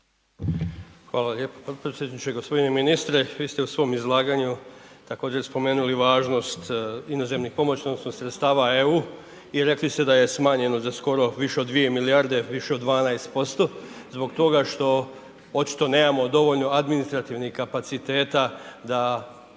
Hvala lijepo potpredsjedniče. Gospodine ministre vi ste u svom izlaganju također spomenuli važnost inozemnih pomoći odnosno sredstava EU i rekli ste da je smanjeno za skoro više od 2 milijarde više od 12% zbog toga što očito nemamo dovoljno administrativnih kapaciteta da